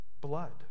blood